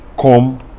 come